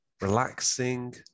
relaxing